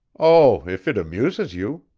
oh, if it amuses you,